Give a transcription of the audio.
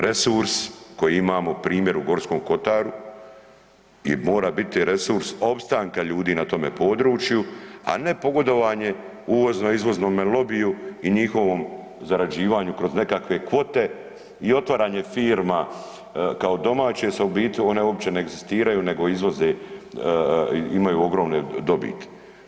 Resurs koji imamo primjer u Gorskom Kotaru mora biti resurs opstanka ljudi na tome području, a ne pogodovanje uvozno-izvoznome lobiju i njihovom zarađivanju kroz nekakve kvote i otvaranje firma kao domaće jer u biti one uopće ne egzistiraju, nego izvoze, imaju ogromne dobiti.